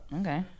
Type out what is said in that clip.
Okay